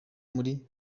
muri